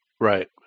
Right